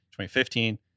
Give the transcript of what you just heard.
2015